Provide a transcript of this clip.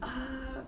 ah